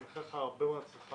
אני מאחל לך הרבה מאוד הצלחה.